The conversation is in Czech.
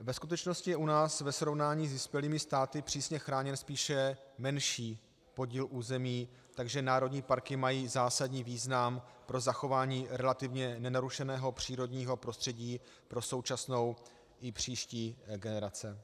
Ve skutečnosti je u nás ve srovnání s vyspělými státy přísně chráněn spíše menší podíl území, takže národní parky mají zásadní význam pro zachování relativně nenarušeného přírodního prostředí pro současnou i příští generace.